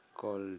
Called